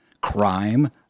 Crime